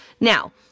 Now